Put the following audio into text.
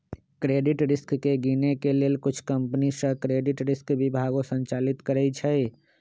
credit risk के गिनए के लेल कुछ कंपनि सऽ क्रेडिट रिस्क विभागो संचालित करइ छै